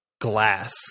glass